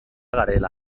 garela